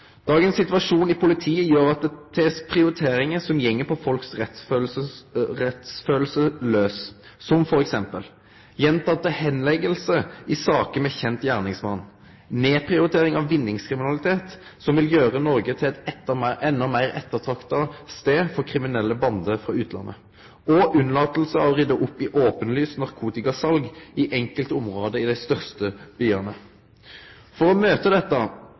Dagens situasjon i politiet gjer at ein føretek prioriteringar som går på folks rettskjensle laus, som f.eks. gjentekne bortleggingar av saker med kjend gjerningsmann, nedprioritering av vinningskriminalitet, noko som vil gjere Noreg til ein enda meir ettertrakta stad for kriminelle bandar frå utlandet, og å la vere å rydde opp i synleg narkotikasal i enkelte område i dei største byane. For å møte dette